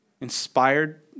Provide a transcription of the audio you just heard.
inspired